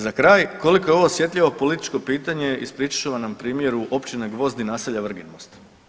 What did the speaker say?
Za kraj, koliko je ovo osjetljivo političko pitanje ispričat ću vam na primjeru općine Gvozd i naselja Vrginmost.